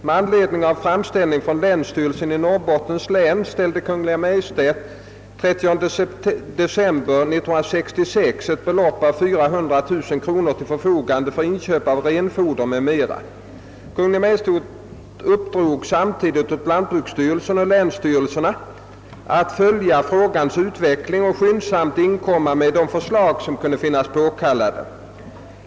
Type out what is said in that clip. Med anledning av framställning från länsstyrelsen i Norrbottens län ställde Kungl. Maj:t den 30 december 1966 ett belopp av 400 000 kronor till förfogande för inköp av renfoder m.m. Kungl. Maj:t uppdrog samtidigt åt Jantbruksstyrelsen och länsstyrelserna att följa frågans utveckling och skyndsamt inkomma med de förslag, som kunde befinnas påkalla de.